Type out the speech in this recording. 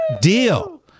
deal